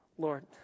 Lord